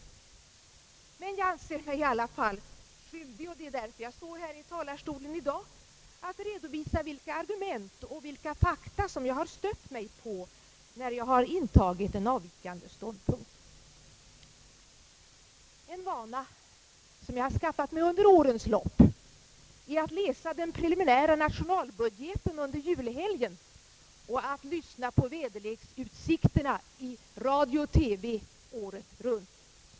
Men jag har ansett mig skyldig — och det är därför jag står i talarstolen i dag — att redovisa vilka argument och vilka fakta jag har stött mig på när jag intagit en avvikande ståndpunkt. En vana som jag har skaffat mig under årens lopp är att läsa den preliminära nationalbudgeten under julhelgen och lyssna till väderleksutsikterna i radio-TV året runt.